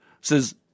Says